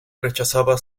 rechazaba